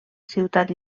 ciutat